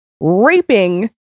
raping